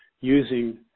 using